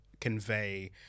convey